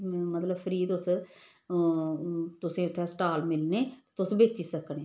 मतलब फ्री तुस तुसें उत्थै स्टाल मिलने तुस बेची सकने